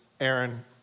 Aaron